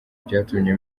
byatumye